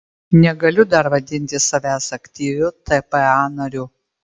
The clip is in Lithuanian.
negaliu dar vadinti savęs aktyviu tpa nariu